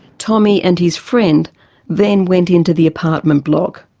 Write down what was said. tommy and his friend then went into the apartment block.